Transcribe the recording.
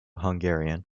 hungarian